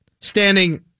standing